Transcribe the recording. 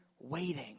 waiting